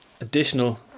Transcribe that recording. additional